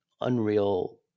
unreal